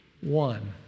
one